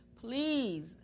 Please